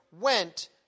went